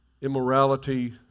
immorality